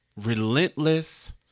relentless